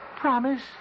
Promise